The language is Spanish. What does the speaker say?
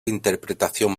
interpretación